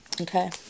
Okay